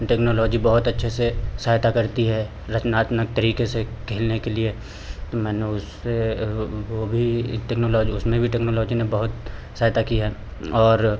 technology बहुत अच्छे से सहायता करती है रचनात्मक तरीके से खेलने के लिए तो मैंने उससे वो भी टेक्नोलॉजी उसमें भी टेक्नोलॉजी ने बहुत सहायता की है और